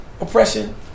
oppression